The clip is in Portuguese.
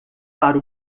para